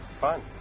Fun